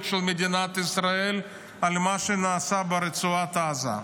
של מדינת ישראל ממה שנעשה ברצועת עזה.